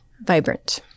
vibrant